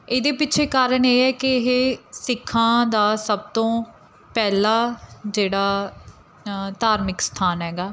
ਇਹਦੇ ਪਿੱਛੇ ਕਾਰਨ ਇਹ ਹੈ ਕਿ ਇਹ ਸਿੱਖਾਂ ਦਾ ਸਭ ਤੋਂ ਪਹਿਲਾ ਜਿਹੜਾ ਧਾਰਮਿਕ ਸਥਾਨ ਹੈਗਾ